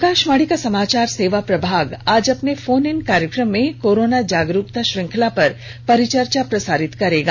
आकाशवाणी का समाचार सेवा प्रभाग आज अपने फोन इन कार्यक्रम में कोरोना जागरूकता श्रंखला पर परिचर्चा प्रसारित करेगा